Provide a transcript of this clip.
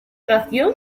reacción